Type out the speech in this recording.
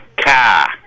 car